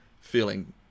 feeling